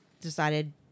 decided